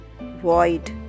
void